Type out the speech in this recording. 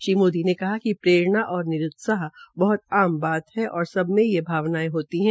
श्री मोदी ने कहा कि प्ररेणा और निरूत्साह बहत आम बात है और सब मे ये भावनायें होती है